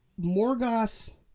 Morgoth